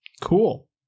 Cool